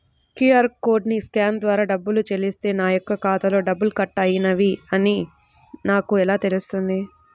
QR కోడ్ని scan ద్వారా డబ్బులు చెల్లిస్తే నా యొక్క ఖాతాలో డబ్బులు కట్ అయినవి అని నాకు ఎలా తెలుస్తుంది?